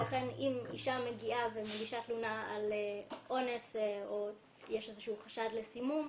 לכן אם אישה מגיעה ומגישה תלונה על אונס או יש איזשהו חשד לסימום,